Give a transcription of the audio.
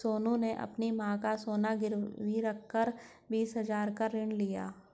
सोनू ने अपनी मां का सोना गिरवी रखकर बीस हजार ऋण लिया